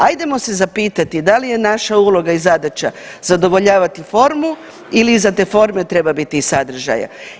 Ajdemo se zapitati da li naša uloga i zadaća zadovoljavati formu ili iza te forme treba biti i sadržaja.